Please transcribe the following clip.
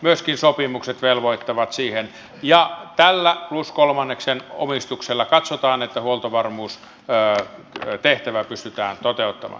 myöskin sopimukset velvoittavat siihen ja katsotaan että tällä plus kolmanneksen omistuksella huoltovarmuustehtävä pystytään toteuttamaan